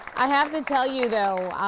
i have to tell you though